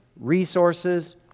resources